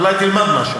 אולי תלמד משהו.